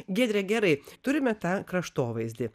giedrė gerai turime tą kraštovaizdį